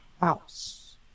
house